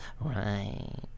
Right